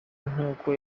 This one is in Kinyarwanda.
nk’uko